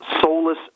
soulless